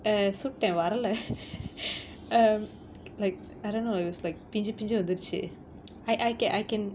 uh சுட்டேன் வரல:suttaen varala um like I don't know it was like பிஞ்சி பிஞ்சி வந்துருச்சி:pinji pinji vanthuruchi I I can I can